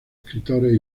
escritores